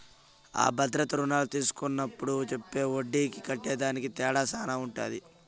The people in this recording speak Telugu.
అ భద్రతా రుణాలు తీస్కున్నప్పుడు చెప్పే ఒడ్డీకి కట్టేదానికి తేడా శాన ఉంటది